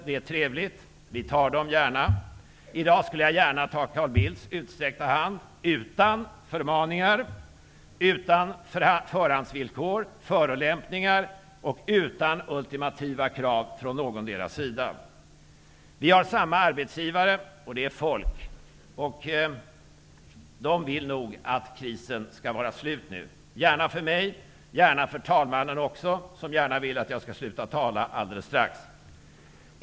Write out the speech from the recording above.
Det är trevligt. Vi tar dem gärna. I dag skulle jag gärna ta Carl Bildts utsträckta hand utan förmaningar, förhandsvillkor, förolämpningar och ultimativa krav från någondera sidan. Vi har samma arbetsgivare, nämligen svenska folket, och svenska folket vill nog att krisen nu skall vara slut. Gärna för mig, gärna också för talmannen, som vill att jag skall sluta tala alldeles strax.